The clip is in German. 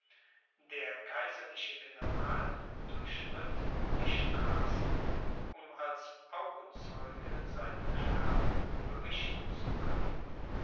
der kaiserliche general durchritt die straßen um als augenzeuge seinem herrn berichten zu können